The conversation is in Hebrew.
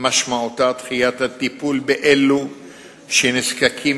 משמעותה דחיית הטיפול באלו שנזקקים